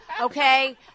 okay